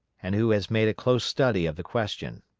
and who has made a close study of the question